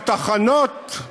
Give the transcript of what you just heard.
בתחנות.